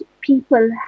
people